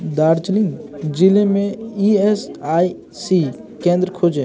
दार्जीलिंग ज़िले में E S I C केंद्र खोजें